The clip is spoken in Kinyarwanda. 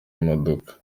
imodoka